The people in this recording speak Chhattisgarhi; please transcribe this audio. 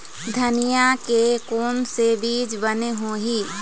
धनिया के कोन से बीज बने होही?